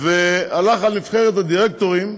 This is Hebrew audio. והלך על נבחרת הדירקטורים,